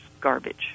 garbage